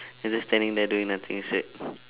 uh just standing there doing nothing straight